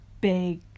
big